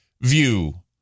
view